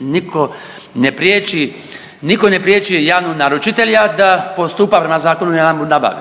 Nitko ne priječi javnog naručitelja da postupa prema Zakonu o javnoj nabavi.